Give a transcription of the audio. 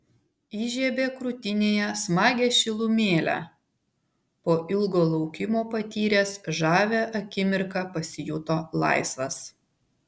įžiebė krūtinėje smagią šilumėlę po ilgo laukimo patyręs žavią akimirką pasijuto laisvas